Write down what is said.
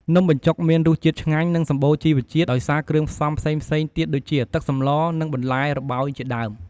នំបញ្ចុកមានរសជាតិឆ្ងាញ់និងសម្បូរជីវជាតិដោយសារគ្រឿងផ្សំផ្សេងៗទៀតដូចជា ទឹកសម្ល និងបន្លែរបោយជាដើម។